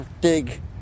dig